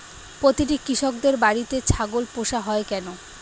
প্রতিটি কৃষকদের বাড়িতে ছাগল পোষা হয় কেন?